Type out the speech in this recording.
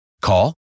Call